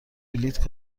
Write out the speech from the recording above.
بلیط